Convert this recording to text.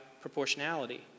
proportionality